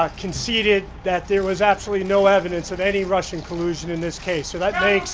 ah conceded that there was absolutely no evidence of any russian collusion in this case. so that makes.